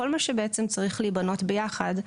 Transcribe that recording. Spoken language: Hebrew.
כל מה שבעצם צריך להיבנות ביחד.